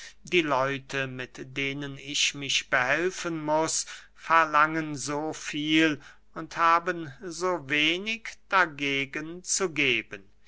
die leute mit denen ich mich behelfen muß verlangen so viel und haben so wenig dagegen zu geben